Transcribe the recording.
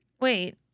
Wait